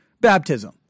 baptism